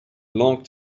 long